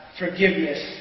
forgiveness